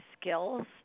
skills